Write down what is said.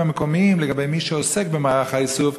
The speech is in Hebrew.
המקומיים לגבי מי שעוסק במערך האיסוף?